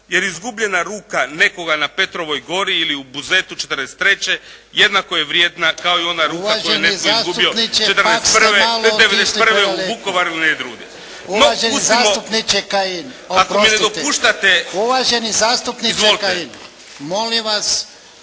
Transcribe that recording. jer izgubljena ruka nekoga na Petrovoj gori ili u Buzetu 43. jednako je vrijedna kao i ona ruka koju je netko izgubio 91. u Vukovaru ili negdje drugdje. **Jarnjak, Ivan (HDZ)** Uvaženi zastupniče Kajin, molim vas